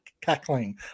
cackling